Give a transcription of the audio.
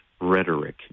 rhetoric